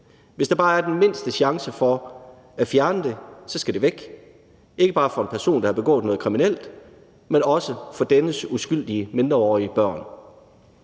Hvis der bare er den mindste chance for at fjerne det, skal det væk – ikke bare for en person, der har begået noget kriminelt, men også for dennes uskyldige mindreårige børn.